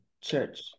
church